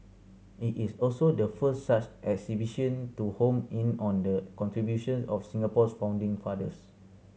it is also the first such exhibition to home in on the contributions of Singapore's founding fathers